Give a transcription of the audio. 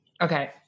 okay